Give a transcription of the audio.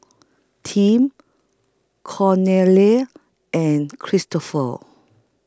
Tim Cornelia and Kristoffer